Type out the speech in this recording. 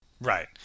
Right